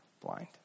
blind